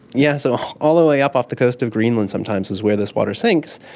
yes, so all the way up off the coast of greenland sometimes is where this water sinks.